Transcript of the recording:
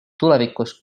tulevikus